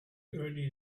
early